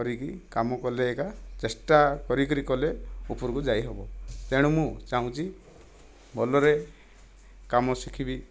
ରେ ବି କାମ କଲେ ଏକା ଚେଷ୍ଟା କରି କରି କଲେ ଉପରକୁ ଯାଇ ହେବ ତେଣୁ ମୁଁ ଚାହୁଁଛି ଭଲରେ କାମ ଶିଖିବି